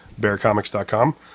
bearcomics.com